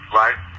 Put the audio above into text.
right